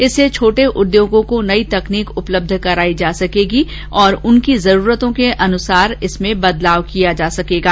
इससे छोटे उद्योगों को नई तकनीक उपलब्ध कराई जा सकेगी और उनकी जरूरतों के अनुरूप इसमें बदलाव किया जा सकेगा